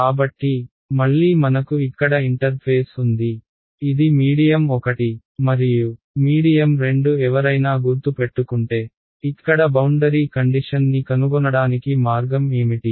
కాబట్టి మళ్లీ మనకు ఇక్కడ ఇంటర్ఫేస్ ఉంది ఇది మీడియం 1 మరియు మీడియం 2 ఎవరైనా గుర్తు పెట్టుకుంటే ఇక్కడ బౌండరీ కండిషన్ ని కనుగొనడానికి మార్గం ఏమిటి